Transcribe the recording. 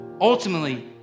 ultimately